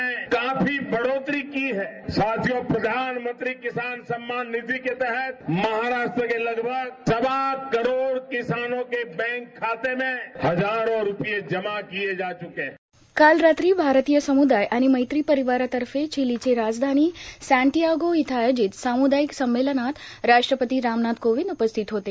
में काफी बढ़ोतरी की है साथीयो प्रधानमं सन्मान निधी के तहत महाराष्ट्र के लगभग सवा करोड किसानों के बैंक खातों मे हजारो रूपए जमा किए जा चुके है काल रात्री भारतीय समुदाय आणि मैत्री परिवारातर्फे चिलीची राजधानी सॅटीएगो इथं आयोजित सामुदायीक सम्मेलनात राष्ट्रपती रामनाथ कोविंद उपस्थित होते